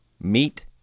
meet